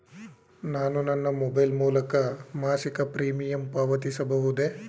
ನಾನು ನನ್ನ ಮೊಬೈಲ್ ಮೂಲಕ ಮಾಸಿಕ ಪ್ರೀಮಿಯಂ ಪಾವತಿಸಬಹುದೇ?